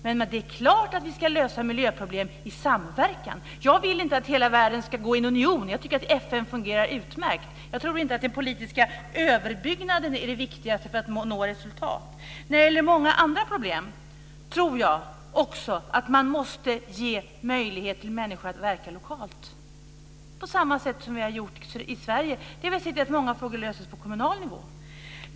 Men det är klart att vi ska lösa miljöproblem i samverkan. Jag vill inte att hela världen ska ingå i en union. Jag tycker att FN fungerar utmärkt. Jag tror inte att den politiska överbyggnaden är det viktigaste för att nå resultat. När det gäller många andra problem tror jag också att man måste ge människor möjligheter att verka lokalt på samma sätt som vi har gjort i Sverige, dvs. att många frågor löses på kommunal nivå.